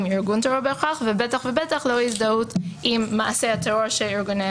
ארגון טרור ובטח ובטח לא הזדהות עם מעשה הטרור של ארגוני הטרור.